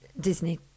Disney